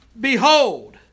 Behold